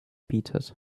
bietet